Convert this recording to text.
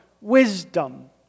wisdom